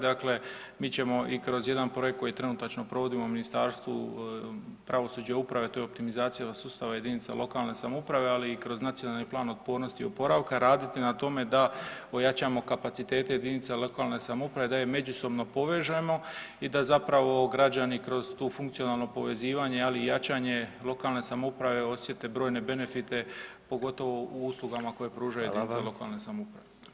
Dakle, mi ćemo i kroz jedan projekt koji trenutačno provodimo u Ministarstvu pravosuđa i uprave, to je optimizacija sustava jedinica lokalne samouprave, ali i kroz Nacionalni plan otpornosti i oporavka raditi na tome da ojačamo kapacitete jedinica lokalne samouprave da je međusobno povežemo i da građani kroz to funkcionalno povezivanje, ali i jačanje lokalne samouprave osjete brojne benefite, pogotovo u uslugama koje pružaju jedinice lokalne samouprave.